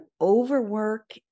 overwork